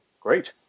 great